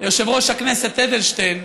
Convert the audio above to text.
יושב-ראש הכנסת אדלשטיין,